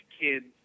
Kids